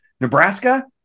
Nebraska